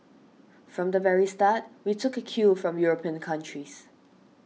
from the very start we took a cue from European countries